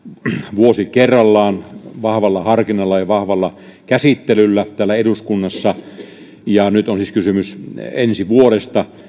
vuosi kerrallaan vahvalla harkinnalla ja vahvalla käsittelyllä täällä eduskunnassa nyt on siis kysymys ensi vuodesta